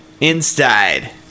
Inside